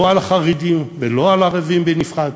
לא על חרדים ולא על ערבים בנפרד,